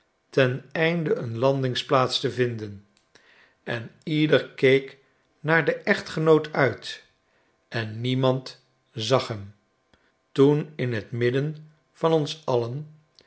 ten einde een landingsplaats te vinden en ieder keek naar den echtgenoot uit enniemand zaghem toen in t midden van ons alien